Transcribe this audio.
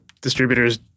distributors